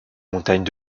montagnes